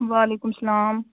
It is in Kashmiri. وعلیکُم سلام